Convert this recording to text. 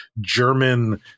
German